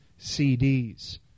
CDs